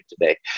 today